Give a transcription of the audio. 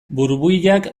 burbuilak